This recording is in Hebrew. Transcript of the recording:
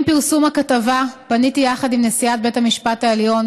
עם פרסום הכתבה פניתי יחד עם נשיאת בית המשפט העליון